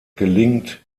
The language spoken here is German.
gelingt